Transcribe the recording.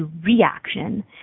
reaction